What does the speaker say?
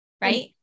Right